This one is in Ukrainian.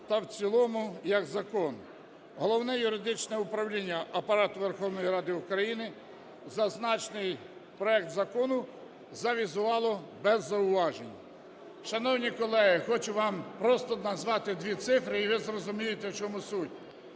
та в цілому як закон. Головне юридичне управління Апарату Верховної Ради України зазначений проект закону завізувало без зауважень. Шановні колеги, хочу вам просто назвати дві цифри, і ви зрозумієте, в чому суть.